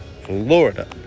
Florida